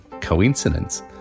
coincidence